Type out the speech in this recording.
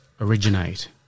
originate